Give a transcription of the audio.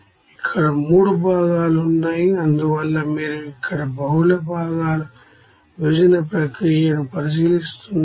ఇక్కడ 3 భాగాలు ఉన్నాయి అందువల్ల మీరు ఇక్కడ మల్టీ కంపోనెంట్ సెపరేషన్ ప్రాసెస్ ను పరిశీలిస్తున్నారు